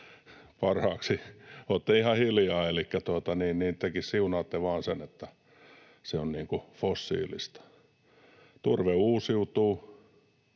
parhaaksi. Olette ihan hiljaa, elikkä tekin siunaatte sen, että se on fossiilista. Turve uusiutuu,